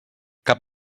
cap